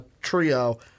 trio